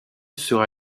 sur